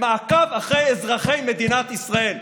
במעקב אחר אזרחי מדינת ישראל.